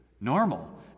Normal